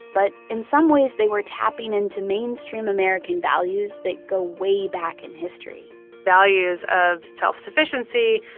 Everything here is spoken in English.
but in some ways they were tapping into mainstream american values that go way back in history values of self-sufficiency,